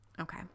Okay